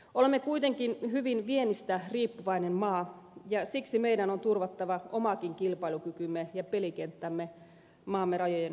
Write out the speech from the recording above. olemme kuitenkin hyvin viennistä riippuvainen maa ja siksi meidän on turvattava omakin kilpailukykymme ja pelikenttämme maamme rajojen ulkopuolella